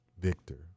Victor